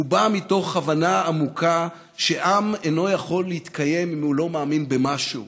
הוא בא מתוך הבנה עמוקה שעם אינו יכול להתקיים אם הוא לא מאמין במשהו,